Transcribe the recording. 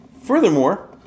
Furthermore